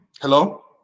Hello